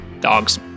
Dogs